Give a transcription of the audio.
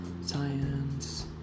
science